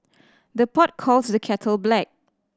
the pot calls the kettle black